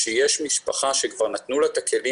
כשיש משפחה שכבר נתנו לה את הכלים